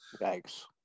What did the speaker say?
thanks